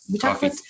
coffee